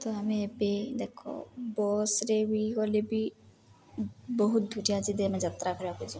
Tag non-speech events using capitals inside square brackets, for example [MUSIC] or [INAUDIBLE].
ତ ଆମେ ଏବେ ଦେଖ ବସ୍ରେ ବି ଗଲେ ବି ବହୁତ [UNINTELLIGIBLE] ଆମେ ଯାତ୍ରା [UNINTELLIGIBLE]